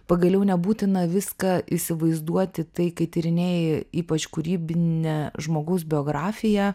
pagaliau nebūtina viską įsivaizduoti tai kai tyrinėji ypač kūrybinę žmogaus biografiją